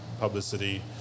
publicity